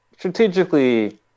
Strategically